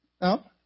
No